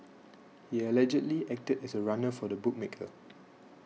he allegedly acted as a runner for a bookmaker